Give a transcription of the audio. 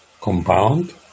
compound